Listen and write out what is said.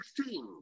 16